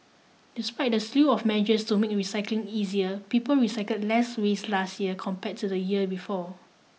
despite the slew of measures to make recycling easier people recycle less waste last year compared to the year before